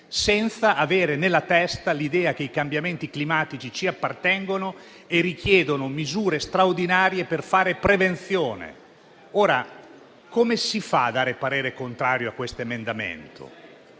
senza avere nella testa l'idea che i cambiamenti climatici ci appartengono e richiedono misure straordinarie per fare prevenzione. Come si fa ad esprimere un parere contrario su questo emendamento?